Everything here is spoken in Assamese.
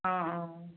অঁ অঁ অঁ